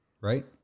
right